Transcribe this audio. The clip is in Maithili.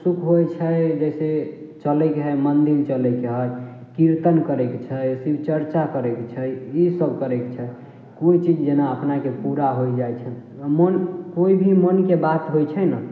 सुख होइ छै जैसे चलेके हइ मन्दिर चलेके हइ कीर्तन करेके छै शिवचर्चा करेके छै ई सब करेके छै कोइ भी चीज जेना अपनाके पुरा हो जाइ छै मन कोइ भी मनके बात होइ छै ने